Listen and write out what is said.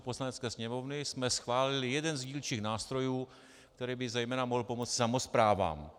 Poslanecké sněmovny jsme schválili jeden z dílčích nástrojů, který by zejména mohl pomoci samosprávám.